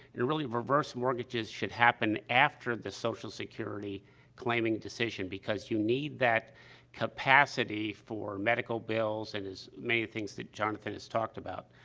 really, reverse mortgages should happen after the social security claiming decision, because you need that capacity for medical bills and as many things that jonathan has talked about.